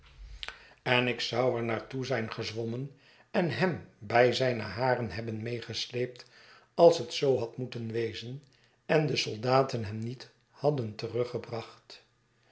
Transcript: en ik zou er naar toe zijn gezwommenen hem bij zijne haren hebben meegesleept als het zoo had moeten wezen en de soldaten hem niet hadden teruggebracht